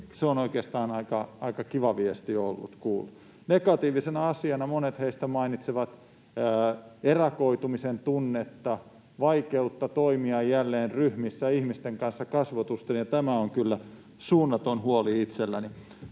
se on oikeastaan aika kiva viesti ollut kuulla. Negatiivisena asiana monet heistä mainitsevat erakoitumisen tunnetta ja vaikeutta toimia jälleen ryhmissä ihmisten kanssa kasvotusten, ja tämä on kyllä suunnaton huoli itselläni.